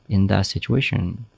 in that situation,